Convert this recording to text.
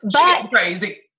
Crazy